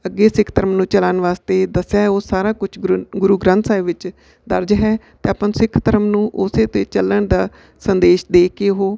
ਅੱਗੇ ਸਿੱਖ ਧਰਮ ਨੂੰ ਚਲਾਉਣ ਵਾਸਤੇ ਦੱਸਿਆ ਹੈ ਉਹ ਸਾਰਾ ਕੁਛ ਗੁਰ ਗੁਰੂ ਗ੍ਰੰਥ ਸਾਹਿਬ ਵਿੱਚ ਦਰਜ ਹੈ ਅਤੇ ਆਪਾਂ ਨੂੰ ਸਿੱਖ ਧਰਮ ਨੂੰ ਉਸੇ 'ਤੇ ਚੱਲਣ ਦਾ ਸੰਦੇਸ਼ ਦੇ ਕੇ ਉਹ